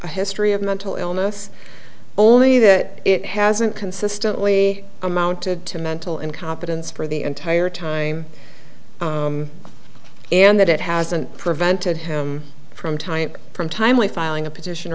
a history of mental illness only that it hasn't consistently amounted to mental incompetence for the entire time and that it hasn't prevented him from time from timely filing a petition